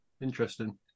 Interesting